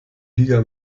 liga